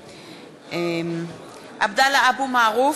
(קוראת בשמות חברי הכנסת) עבדאללה אבו מערוף,